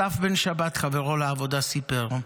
אסף בן שבת, חברו לעבודה, סיפר: